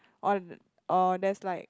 or or there's like